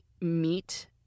meet